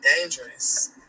dangerous